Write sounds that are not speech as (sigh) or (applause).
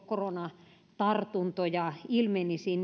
koronatartuntoja ilmenisi (unintelligible)